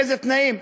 באיזה תנאים,